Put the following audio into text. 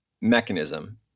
mechanism